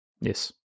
yes